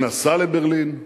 הוא נסע לברלין,